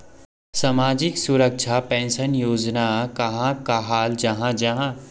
सामाजिक सुरक्षा पेंशन योजना कहाक कहाल जाहा जाहा?